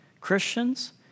Christians